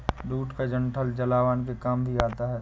jute का डंठल जलावन के काम भी आता है